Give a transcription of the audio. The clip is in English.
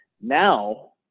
Now